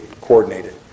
coordinated